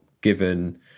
given